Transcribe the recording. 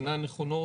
אינם נכונות,